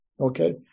Okay